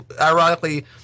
ironically